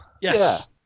Yes